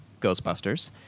Ghostbusters